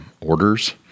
orders